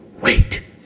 wait